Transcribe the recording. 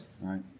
right